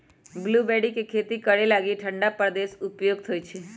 blueberry के खेती करे लागी ठण्डा प्रदेश उपयुक्त होइ छै